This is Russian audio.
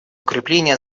укрепления